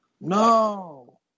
No